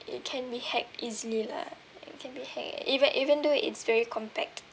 it can be hacked easily lah it can be hacked even even though it's very compact